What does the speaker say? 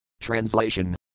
Translation